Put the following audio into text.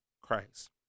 Christ